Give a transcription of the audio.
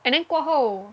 and then 过后